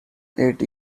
eight